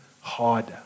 harder